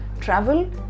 travel